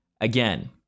again